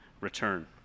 return